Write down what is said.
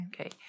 okay